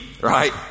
right